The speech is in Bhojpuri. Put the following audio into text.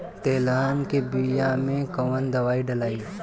तेलहन के बिया मे कवन दवाई डलाई?